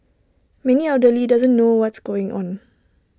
many elderly doesn't know what's going on